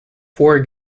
for